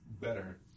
better